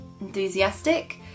enthusiastic